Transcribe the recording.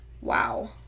wow